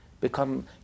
become